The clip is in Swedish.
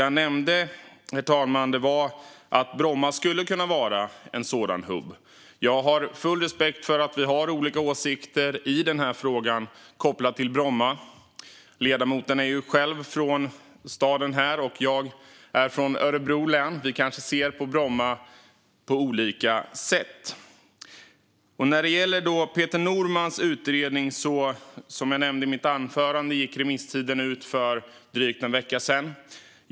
Jag nämnde att Bromma skulle kunna vara en sådan hubb. Jag har full respekt för att vi har olika åsikter i frågan kopplat till Bromma. Ledamoten är själv från staden, och jag är från Örebro län - vi kanske ser på Bromma på olika sätt. Jag nämnde i mitt anförande att remisstiden för Peter Normans utredning gick ut för drygt en vecka sedan.